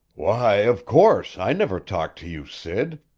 why, of course i never talked to you, sid.